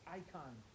icon